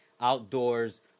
outdoors